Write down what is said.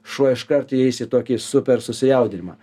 šuo iškart įeis į tokį super susijaudinimą